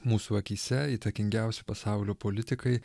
mūsų akyse įtakingiausi pasaulio politikai